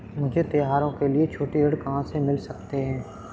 मुझे त्योहारों के लिए छोटे ऋण कहाँ से मिल सकते हैं?